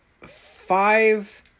five